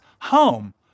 home